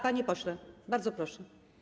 Panie pośle, bardzo proszę.